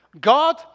God